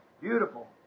beautiful